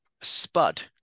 spud